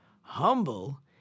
Humble